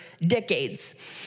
decades